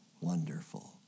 Wonderful